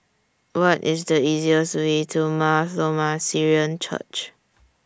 What IS The easiest Way to Mar Thoma Syrian Church